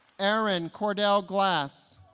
aaron cordell glass